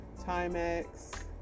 Timex